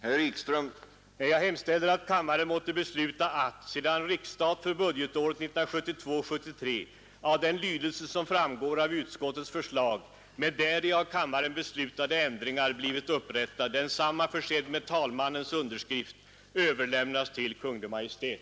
Herr talman! Jag hemställer att kammaren måtte besluta att — sedan riksstat för budgetåret 1972/73 av den lydelse som framgår av utskottets förslag med däri av kammaren beslutade ändringar blivit upprättad — densamma, försedd med talmannens underskrift, överlämnas till Kungl. Maj:t.